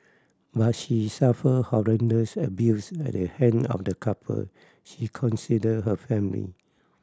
but she suffered horrendous abuse at the hand of the couple she considered her family